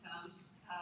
comes